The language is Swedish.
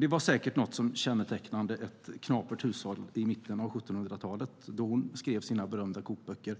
Det var säkert något som kännetecknade ett knapert hushåll i mitten av 1700-talet, då hon skrev sina berömda kokböcker.